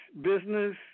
Business